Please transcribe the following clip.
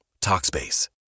Talkspace